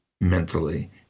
mentally